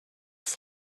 leur